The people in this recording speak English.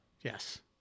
Yes